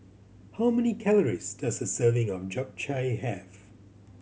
how many calories does a serving of Japchae have